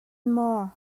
maw